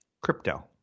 crypto